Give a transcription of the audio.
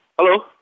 Hello